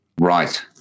Right